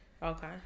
Okay